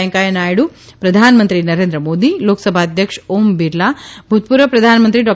વૈંકેથા નાયડુ પ્રધાનમંત્રી નરેન્દ્ર મોદી લોકસભા અધ્યક્ષ ઓમ બિરલા ભૂતપૂર્વ પ્રધાનમંત્રી ડૉ